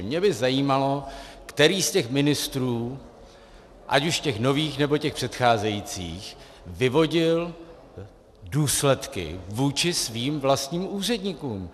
Mě by zajímalo, který z těch ministrů, ať už těch nových, nebo těch předcházejících, vyvodil důsledky vůči svým vlastním úředníkům.